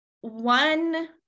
one